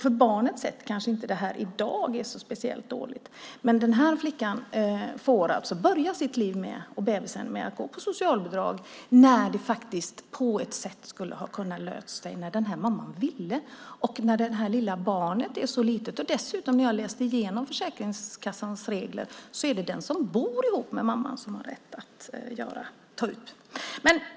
För barnet är det kanske inte så speciellt dåligt i dag, men flickan med babyn får alltså börja sitt liv med att gå på socialbidrag, fast det skulle ha kunnat lösa sig när mamman ville detta och när barnet är så litet. När jag läste igenom Försäkringskassans regler såg jag dessutom att det är den som bor ihop med mamman som har rätt att ta ut föräldraersättning. Herr talman!